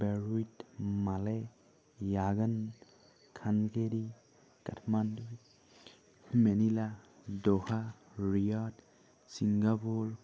Beirut Male Yangon খানগেৰি Kathmandu Manila Doha ৰয়ত Singapore